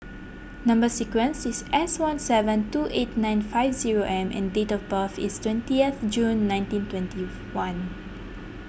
Number Sequence is S one seven two eight nine five zero M and date of birth is twentieth June nineteen twenty one